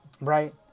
right